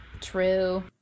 True